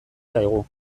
zaigu